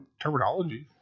terminology